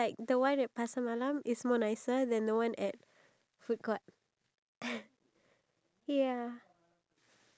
I mean I know it's just satay but then I just thought maybe we could try like a s~ local store